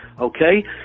okay